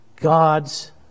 God's